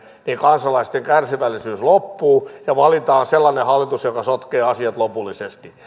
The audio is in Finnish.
kansalaisten kärsivällisyys loppuu ja valitaan sellainen hallitus joka sotkee asiat lopullisesti